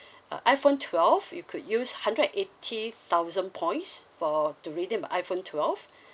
uh iPhone twelve you could use hundred and eighty thousand points for to redeem the iPhone twelve